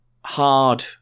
hard